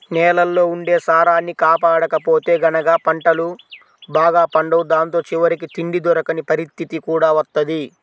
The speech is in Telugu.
నేలల్లో ఉండే సారాన్ని కాపాడకపోతే గనక పంటలు బాగా పండవు దాంతో చివరికి తిండి దొరకని పరిత్తితి కూడా వత్తది